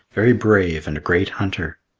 very brave and a great hunter.